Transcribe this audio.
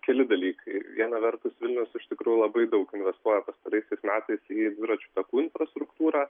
keli dalykai viena vertus vilnius iš tikrųjų labai daug investuoja pastaraisiais metais į dviračių takų infrastruktūrą